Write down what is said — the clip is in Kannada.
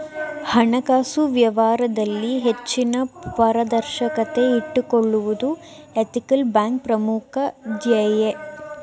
ಹಣಕಾಸು ವ್ಯವಹಾರದಲ್ಲಿ ಹೆಚ್ಚಿನ ಪಾರದರ್ಶಕತೆ ಇಟ್ಟುಕೊಳ್ಳುವುದು ಎಥಿಕಲ್ ಬ್ಯಾಂಕ್ನ ಪ್ರಮುಖ ಧ್ಯೇಯ